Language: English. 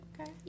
okay